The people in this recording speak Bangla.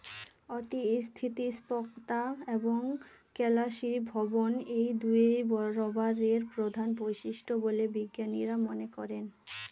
অতি স্থিতিস্থাপকতা এবং কেলাসীভবন এই দুইই রবারের প্রধান বৈশিষ্ট্য বলে বিজ্ঞানীরা মনে করেন